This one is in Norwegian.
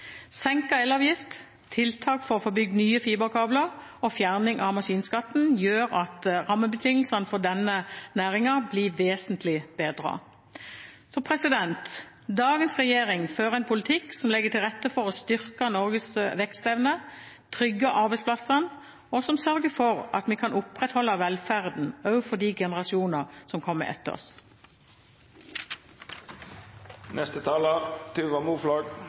Senket elavgift, tiltak for å få bygd nye fiberkabler og fjerning av maskinskatten gjør at rammebetingelsene for denne næringen blir vesentlig bedret. Dagens regjering fører en politikk som legger til rette for å styrke Norges vekstevne og trygge arbeidsplassene, og som sørger for at vi kan opprettholde velferden også for de generasjoner som kommer etter oss.